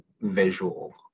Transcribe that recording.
visual